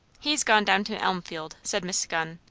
he's gone down to elmfield, said miss gunn.